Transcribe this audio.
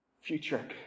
Future